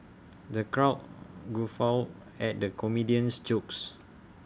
the crowd guffawed at the comedian's jokes